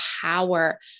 Power